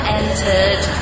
entered